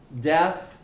death